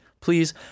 Please